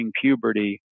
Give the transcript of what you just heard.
puberty